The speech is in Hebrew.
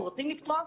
אנחנו רוצים לפתוח.